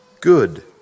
good